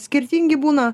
skirtingi būna